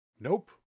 nope